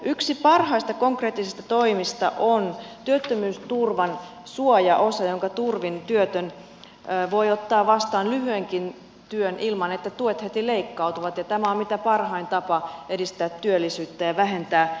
yksi parhaista konkreettisista toimista on työttömyysturvan suojaosa jonka turvin työtön voi ottaa vastaan lyhyenkin työn ilman että tuet heti leikkautuvat ja tämä on mitä parhain tapa edistää työllisyyttä ja vähentää köyhyyttä